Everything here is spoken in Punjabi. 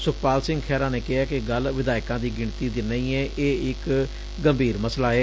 ਸੁਖਪਾਲ ਸਿੰਘ ਖਹਿਰਾ ਨੇ ਕਿਹੈ ਕਿ ਗਲ ਵਿਧਾਇਕਾਂ ਦੀ ਗਿਣਤੀ ਦੀ ਨਹੀਂ ਏ ਇਹ ਇਕ ਗੰਭੀਰ ਮਾਮਲਾ ਏ